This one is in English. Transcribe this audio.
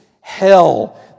hell